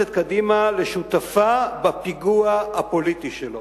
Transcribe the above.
את קדימה לשותפה בפיגוע הפוליטי שלו.